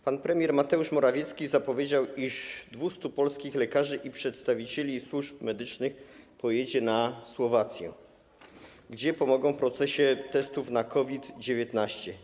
Pan premier Mateusz Morawiecki zapowiedział, iż 200 polskich lekarzy i przedstawicieli służb medycznych pojedzie na Słowację, gdzie pomogą w procesie testowania na COVID-19.